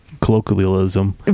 colloquialism